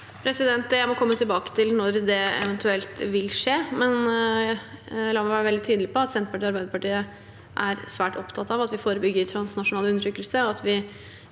Jeg må komme til- bake til når det eventuelt vil skje. La meg være veldig tydelig på at Senterpartiet og Arbeiderpartiet er svært opptatt av at vi forebygger transnasjonal undertrykkelse